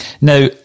Now